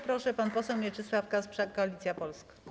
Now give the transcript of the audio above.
Proszę, pan poseł Mieczysław Kasprzak, Koalicja Polska.